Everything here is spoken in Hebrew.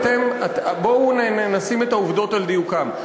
בואו נעמיד את העובדות על דיוקן.